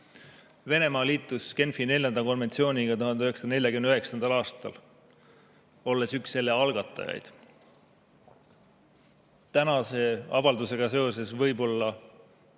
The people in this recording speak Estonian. Venemaa liitus Genfi neljanda konventsiooniga 1949. aastal, olles üks selle algatajaid. Tänase avaldusega seoses võib-olla